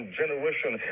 generation